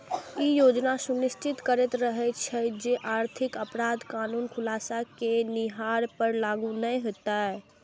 ई योजना सुनिश्चित करैत रहै जे आर्थिक अपराध कानून खुलासा केनिहार पर लागू नै हेतै